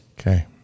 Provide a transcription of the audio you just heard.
okay